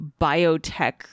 biotech